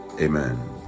amen